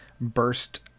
burst